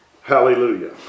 hallelujah